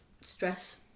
stress